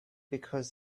because